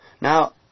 Now